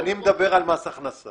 אני מדבר על מס הכנסה.